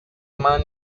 man